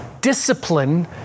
Discipline